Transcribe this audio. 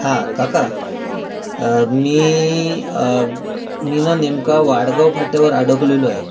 हा काका मी मी ना नेमका वाडगाव फाट्यावर अडकलेलोय